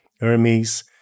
Hermes